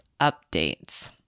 updates